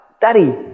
daddy